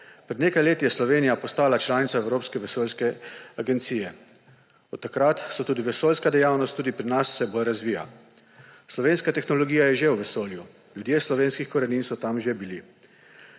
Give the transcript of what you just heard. Pred nekaj leti je Slovenija postala članica Evropske vesoljske agencije. Od takrat se tudi vesoljska dejavnost tudi pri nas vse bolj razvija. Slovenska tehnologija je že v vesolju, ljudje slovenskih korenin so tam že bili.